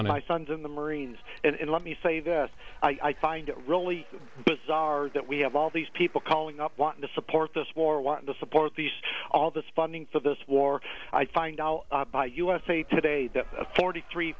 son my son's in the marines and let me say this i find it really bizarre that we have all these people calling up want to support this war want to support these all this funding for this war i find out by usa today that forty three